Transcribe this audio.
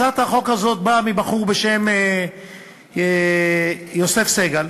הצעת החוק הזאת באה מבחור בשם יוסף סגל,